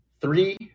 three